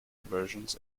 versions